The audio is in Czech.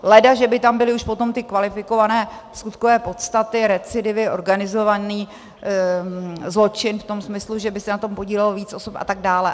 Leda že by tam potom byly kvalifikované skutkové podstaty, recidivy, organizovaný zločin v tom smyslu, že by se na tom podílelo víc osob atd.